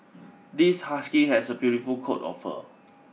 this husky has a beautiful coat of fur